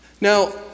Now